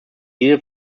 diese